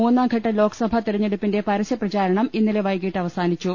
മൂന്നാംഘട്ട ലോക്സഭാ തെരഞ്ഞെടുപ്പിന്റെ പരസ്യപ്രചാരണം ഇന്നലെ വൈകിട്ട് അവസാനിച്ചു